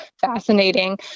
fascinating